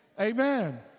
Amen